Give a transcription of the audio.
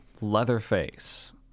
Leatherface